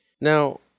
Now